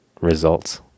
results